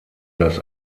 das